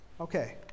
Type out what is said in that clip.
okay